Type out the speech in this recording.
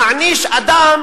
שמעניש אדם